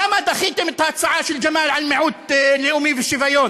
למה דחיתם את ההצעה של ג'מאל על מיעוט לאומי ושוויון?